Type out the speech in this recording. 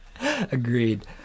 Agreed